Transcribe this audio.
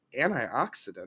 antioxidant